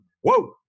whoa